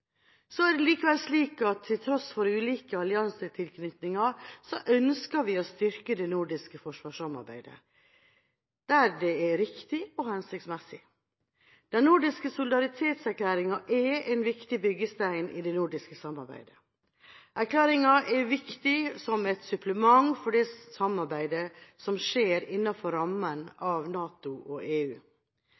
Så er det likevel slik at til tross for ulike alliansetilknytninger ønsker vi å styrke det nordiske forsvarssamarbeidet – der det er riktig og hensiktsmessig. Den nordiske solidaritetserklæringen er en viktig byggestein i det nordiske samarbeidet. Erklæringen er viktig som et supplement for det samarbeidet som skjer innenfor rammen av NATO og EU.